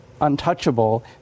untouchable